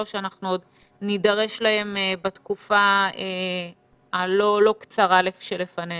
שעוד נידרש להן בתקופה הלא קצרה שלפנינו.